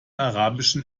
arabischen